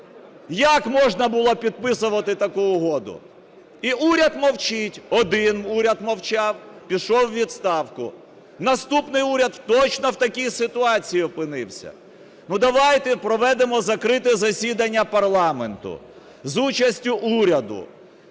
Як можна було підписувати таку угоду? І уряд мовчить. Один уряд мовчав, пішов у відставку. Наступний уряд точно в такій ситуації опинився. Ну, давайте проведемо закрите засідання парламенту з участю уряду,